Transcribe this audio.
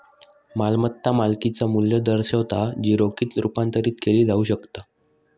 मालमत्ता मालकिचा मू्ल्य दर्शवता जी रोखीत रुपांतरित केली जाऊ शकता